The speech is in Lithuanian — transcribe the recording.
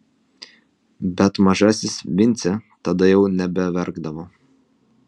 bet mažasis vincė tada jau nebeverkdavo